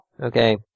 Okay